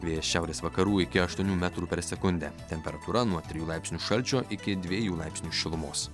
vėjas šiaurės vakarų iki aštuonių metrų per sekundę temperatūra nuo trijų laipsnių šalčio iki dviejų laipsnių šilumos